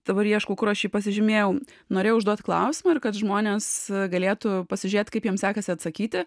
dabar ieškau kur aš jį pasižymėjau norėjau užduoti klausimą ir kad žmonės galėtų pasižiūrėt kaip jiems sekasi atsakyti